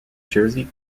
jersey